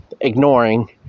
ignoring